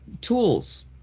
tools